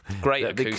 Great